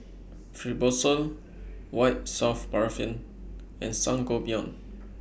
Fibrosol White Soft Paraffin and Sangobion